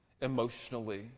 emotionally